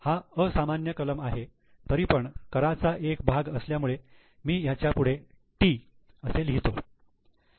हा असामान्य कलम आहे तरीपण कराचा एक भाग असल्यामुळे मी याच्यापुढे 'T' असे लिहितो आहे